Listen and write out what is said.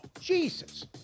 Jesus